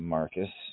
Marcus